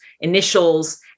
initials